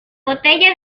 botella